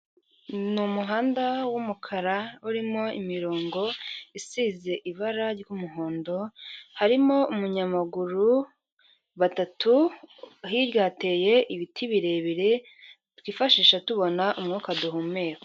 Ni umuhanda w'umukara urimo imirongo isize ibara ry'umuhondo, harimo umunyamaguru batatu, hirya hateye ibiti birebire twifashisha tubona umwuka duhumeka.